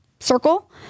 circle